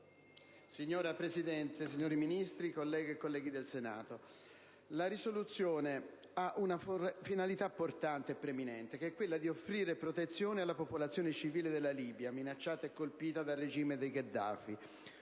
Signora Presidente, signori Ministri, colleghe e colleghi del Senato, la risoluzione n. 1973 ha una finalità portante e preminente, che è quella di offrire protezione alla popolazione civile della Libia, minacciata e colpita dal regime di Gheddafi.